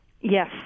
Yes